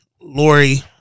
Lori